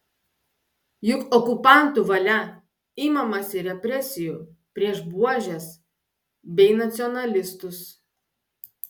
juk okupantų valia imamasi represijų prieš buožes bei nacionalistus